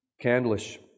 Candlish